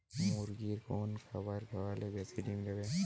মুরগির কোন খাবার খাওয়ালে বেশি ডিম দেবে?